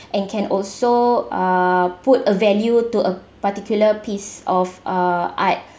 and can also uh put a value to a particular piece of uh art